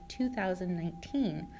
2019